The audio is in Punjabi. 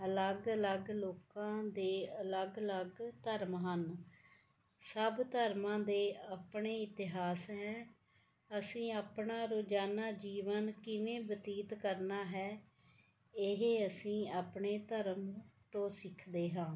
ਅਲੱਗ ਅਲੱਗ ਲੋਕਾਂ ਦੇ ਅਲੱਗ ਅਲੱਗ ਧਰਮ ਹਨ ਸਭ ਧਰਮਾਂ ਦੇ ਆਪਣੇ ਇਤਿਹਾਸ ਹੈ ਅਸੀਂ ਆਪਣਾ ਰੋਜ਼ਾਨਾ ਜੀਵਨ ਕਿਵੇਂ ਬਤੀਤ ਕਰਨਾ ਹੈ ਇਹ ਅਸੀਂ ਆਪਣੇ ਧਰਮ ਤੋਂ ਸਿੱਖਦੇ ਹਾਂ